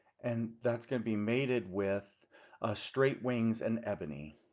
and that's gonna be mated with straight wings and ebony.